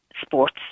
sports